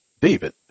David